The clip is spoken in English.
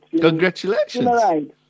Congratulations